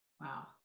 Wow